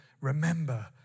remember